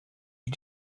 you